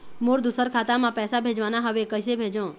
मोर दुसर खाता मा पैसा भेजवाना हवे, कइसे भेजों?